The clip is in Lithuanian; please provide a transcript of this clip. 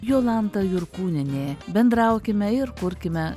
jolanta jurkūnienė bendraukime ir kurkime